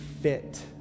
fit